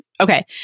okay